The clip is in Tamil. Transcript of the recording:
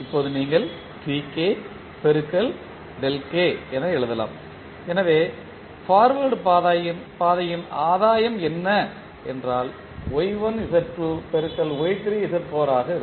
இப்போது நீங்கள் Tk பெருக்கல் டெல்டா k என எழுதலாம் எனவே பார்வேர்ட் பாதையின் ஆதாயம் என்ன என்றால் Y1 Z2 பெருக்கல் Y3 Z4 ஆக இருக்கும்